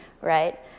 right